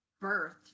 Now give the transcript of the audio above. birth